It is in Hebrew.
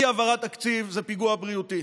אי-העברת תקציב זה פיגוע בריאותי,